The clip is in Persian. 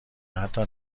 حتی